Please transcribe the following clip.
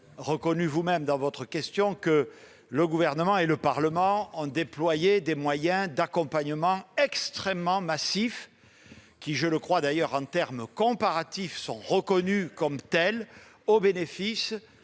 reconnu dans votre question -que le Gouvernement et le Parlement ont déployé des moyens d'accompagnement extrêmement massifs qui, en termes comparatifs, sont reconnus comme tels, au bénéfice